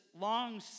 long